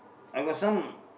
I got some